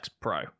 Pro